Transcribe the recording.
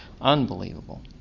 unbelievable